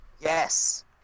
yes